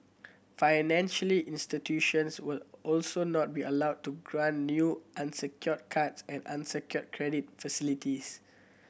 financially institutions will also not be allowed to grant new unsecured cards and unsecured credit facilities